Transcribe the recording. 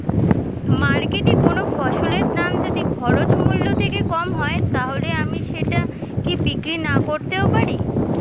মার্কেটৈ কোন ফসলের দাম যদি খরচ মূল্য থেকে কম হয় তাহলে আমি সেটা কি বিক্রি নাকরতেও পারি?